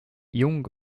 jung